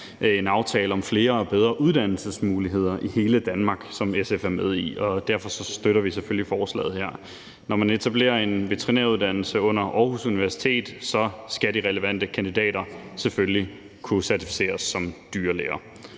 en aftale om flere og bedre uddannelsesmuligheder i hele Danmark, som SF var med i, og derfor støtter vi selvfølgelig forslaget her. Når man etablerer en veterinæruddannelse under Aarhus Universitet, skal de relevante kandidater selvfølgelig kunne certificeres som dyrlæger.